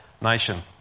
nation